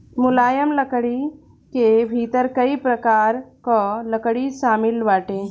मुलायम लकड़ी के भीतर कई प्रकार कअ लकड़ी शामिल बाटे